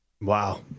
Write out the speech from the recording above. Wow